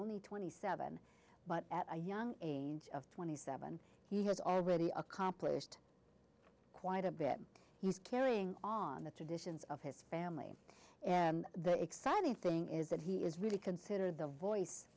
only twenty seven but at a young age of twenty seven he has already accomplished quite a bit he's carrying on the traditions of his family and the exciting thing is that he is really considered the voice